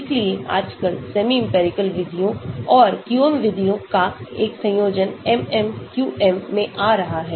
इसलिए आजकल सेमीइंपिरिकल विधियों और QM विधियों का एक संयोजन MMQM में आ रहा है